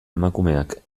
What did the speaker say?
emakumeak